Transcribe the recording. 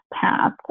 path